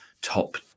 top